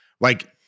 Like-